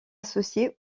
associée